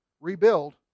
rebuild